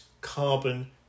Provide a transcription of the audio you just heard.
carbon